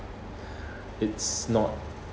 it's not